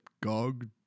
GOG